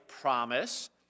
promise